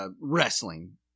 Wrestling